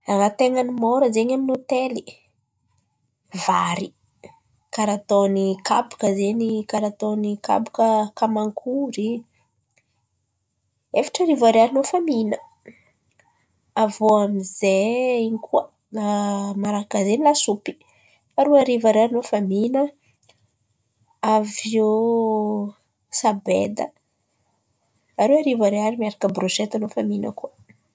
Ràha ten̈a ny môra zen̈y amin'ny hôtely, vary. Kàra ataon'ny kabaka zen̈y kàra ataon'ny kabaka kamankory, efatra arivo ariary anao efa mihinà. Avy iô amin'izay, ino koa, man̈araka zay lasopy, roa arivo ariary anao efa mihinà. Avy iô sabeda, aroe arivo ariary miaraka brôshety anao efa mihinà kôa.